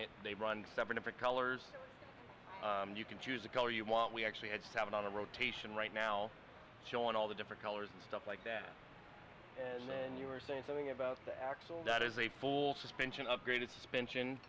it they run seven different colors you can choose a color you want we actually had seven on a rotation right now showing all the different colors and stuff like that and then you are saying something about the axle that is a full suspension upgraded suspension